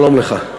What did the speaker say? שלום לך.